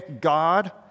God